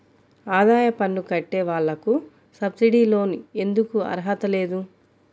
ఆదాయ పన్ను కట్టే వాళ్లకు సబ్సిడీ లోన్ ఎందుకు అర్హత లేదు?